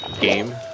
...game